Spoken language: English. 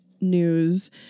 News